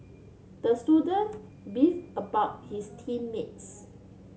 the student beefed about his team mates